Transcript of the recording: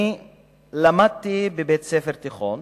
אני למדתי בבית-ספר תיכון